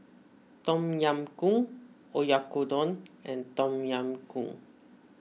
Tom Yam Goong Oyakodon and Tom Yam Goong